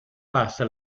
passa